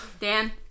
Dan